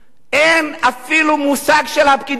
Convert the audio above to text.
אין אפילו מושג לפקידים האלה,